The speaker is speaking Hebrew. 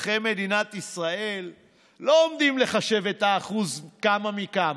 אזרחי מדינת ישראל לא עומדים לחשב את האחוז כמה מכמה,